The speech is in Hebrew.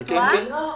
אני טועה?